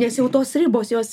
nes jau tos ribos jos